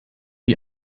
die